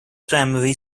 primary